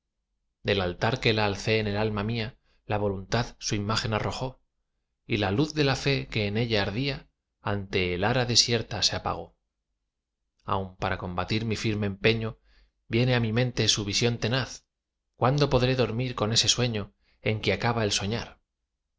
del altar que le alcé en el alma mía la voluntad su imagen arrojó y la luz de la fe que en ella ardía ante el ara desierta se apagó aún para combatir mi firme empeño tiene á mi mente su visión tenaz cuándo podré dormir con ese sueño en que acaba el soñar